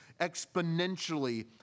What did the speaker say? exponentially